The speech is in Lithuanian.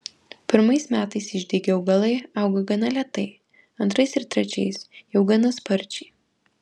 pirmais metais išdygę augalai auga gana lėtai antrais ir trečiais jau gana sparčiai